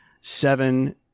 seven